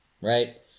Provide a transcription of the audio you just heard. right